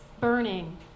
burning